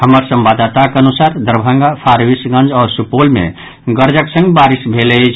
हमर संवाददाताक अनुसार दरभंगा फारविसगंज आओर सुपौल मे गरजक संग बारिस भेल अछि